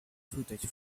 footage